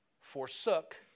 forsook